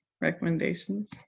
recommendations